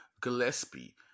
Gillespie